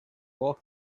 walk